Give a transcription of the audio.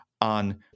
on